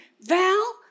Val